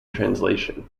translation